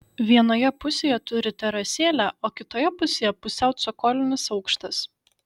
vienoje pusėje turi terasėlę o kitoje pusėje pusiau cokolinis aukštas